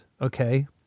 okay